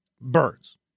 birds